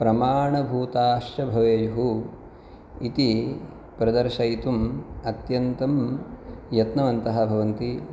प्रमाणभूताश्च भवेयुः इति प्रदर्शयितुम् अत्यन्तं यत्नवन्तः भवन्ति